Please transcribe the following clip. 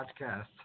podcast